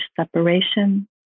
separation